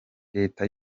leta